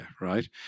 right